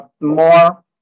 more